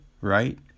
right